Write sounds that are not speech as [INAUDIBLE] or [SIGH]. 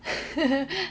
[LAUGHS]